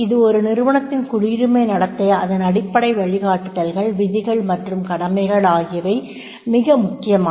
ஒரு நிறுவனத்தின் குடியுரிமை நடத்தைக்கு அதன் அடிப்படை வழிகாட்டுதல்கள் விதிகள் மற்றும் கடமைகள் ஆகியவை மிக முக்கியமானவை